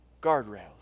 guardrails